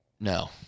No